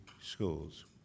schools